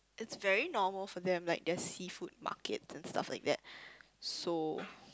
it's very normal for them like their seafood markets and stuff like that so